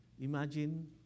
Imagine